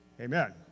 Amen